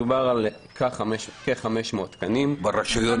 מדובר על כ-500 תקנים -- גם זה הרבה.